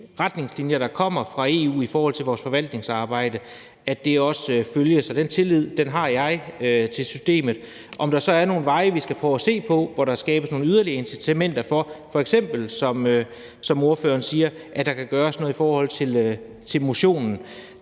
retningslinjer, der kommer fra EU, i forhold til vores forvaltningsarbejde, også følges, og den tillid har jeg til systemet. Om der så er nogle veje, vi skal prøve at se på om kan skabe nogle yderligere incitamenter for, at der f.eks., som ordføreren siger, kan gøres noget i forhold til motionen,